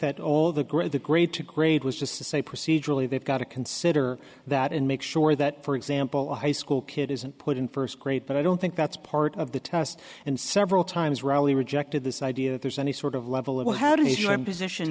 that all the grade the grade to grade was just to say procedurally they've got to consider that and make sure that for example a high school kid isn't put in first grade but i don't think that's part of the test and several times riley rejected this idea that there's any sort of level of well how do you know i'm position